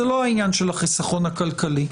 וזה לא העניין של החיסכון הכלכלי.